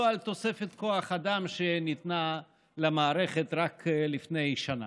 על תוספת כוח אדם שניתנה למערכת רק לפני שנה.